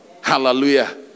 Hallelujah